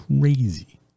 crazy